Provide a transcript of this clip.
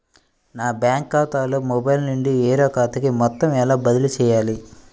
నా బ్యాంక్ ఖాతాలో మొబైల్ నుండి వేరే ఖాతాకి మొత్తం ఎలా బదిలీ చేయాలి?